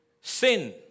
Sin